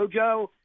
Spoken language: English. JoJo